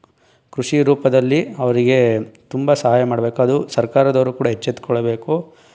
ಕೃಷಿ ರೂಪದಲ್ಲಿ ಅವರಿಗೆ ತುಂಬ ಸಹಾಯ ಮಾಡ್ಬೇಕು ಅದು ಸರ್ಕಾರದವರು ಕೂಡ ಎಚ್ಚೆತ್ಕೊಳ್ಳಬೇಕು